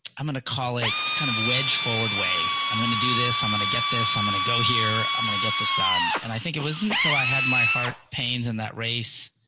i'm going to call it kind of wedge forward way. i'm going to do this. i'm going to get this. i'm going to go here. i'm going to get this done. and i think it wasn't until i had my heart pains in that race.